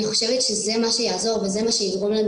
אני חושבת שזה מה שיעזור ויגרום לנו